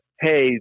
Hey